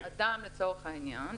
לצורך העניין,